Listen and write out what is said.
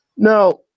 Now